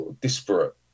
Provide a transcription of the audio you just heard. disparate